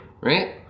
right